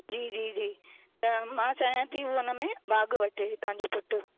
जी जी जी त मां चाहियां थी हू हुन में भाॻु वठे तव्हांजो पुटु